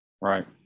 Right